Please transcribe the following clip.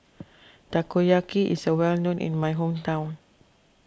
Takoyaki is well known in my hometown